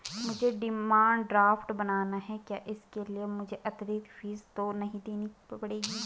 मुझे demand draft बनाना है क्या इसके लिए मुझे अतिरिक्त फीस तो नहीं देनी पड़ेगी?